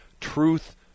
Truth